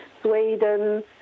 Sweden